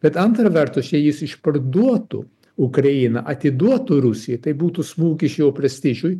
bet antra vertus jei jis išparduotų ukrainą atiduotų rusijai tai būtų smūgis jo prestižui